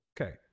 Okay